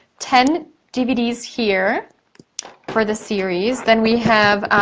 ten dvds here for the series, then we have